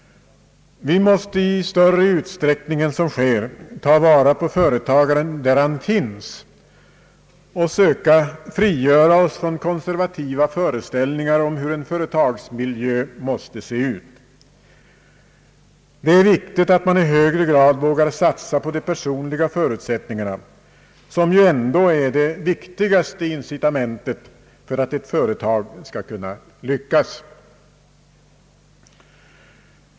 Vi måste i större utsträckning än som sker ta vara på företagaren där han finns och söka frigöra oss från konservativa föreställningar om hur en företagsmiljö måste se ut. Det är viktigt att man i högre grad vågar satsa på de personliga förutsättningarna, som ändå är det viktigaste incitamentet för att ett företag skall kunna lyckas.